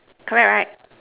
correct right